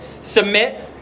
submit